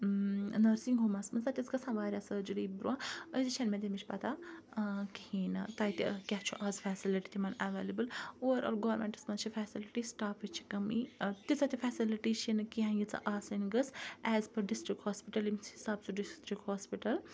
nursing homes مَنٛز تَتہِ ٲس گَژھان واریاہ سرجری برونٛہہ أزِچ چھَنہٕ مےٚ تمِچ پَتَہ کِہیٖنۍ نہٕ تَتہِ کیاہ چھُ آز فیسَلٹی تِمَن اَویلِبِل اووَرآل گورمنڑَس مَنٛز چھِ فیسَلٹی سٹافِچ چھِ کمی تیژاہ تہِ فیسَلٹی چھَنہٕ کینٛہہ ییژاہ آسٕنۍ گٔژھ as per district hospital in sub district hospital